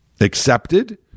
Accepted